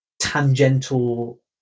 tangential